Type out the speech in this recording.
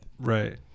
Right